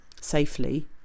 safely